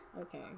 Okay